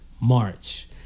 March